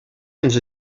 ens